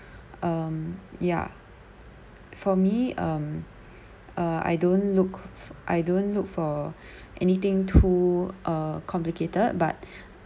um ya for me um uh I don't look I don't look for anything too uh complicated but